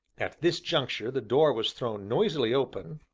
at this juncture the door was thrown noisily open,